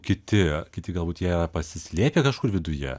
kiti kiti galbūt jie pasislėpę kažkur viduje